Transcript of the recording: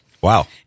Wow